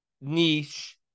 niche